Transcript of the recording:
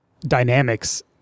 dynamics